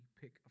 pick